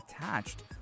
attached